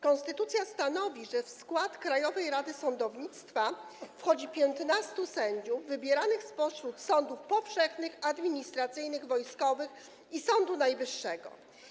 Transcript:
Konstytucja stanowi, że w skład Krajowej Rady Sądownictwa wchodzi 15 sędziów wybieranych spośród sędziów sądów powszechnych, administracyjnych, wojskowych i Sądu Najwyższego.